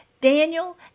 Daniel